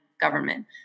government